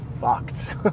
fucked